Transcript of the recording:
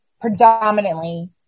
predominantly